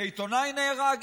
שעיתונאי נהרג?